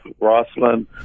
Rosslyn